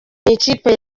ikipe